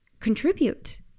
Contribute